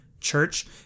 church